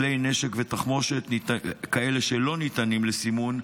כלי נשק ותחמושת שלא ניתנים לסימון,